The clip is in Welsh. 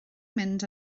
mynd